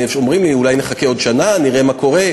אומרים לי: אולי נחכה עוד שנה, נראה מה קורה.